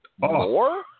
more